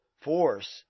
Force